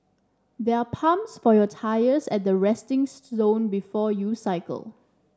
there are pumps for your tyres at the resting zone before you cycle